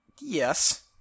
yes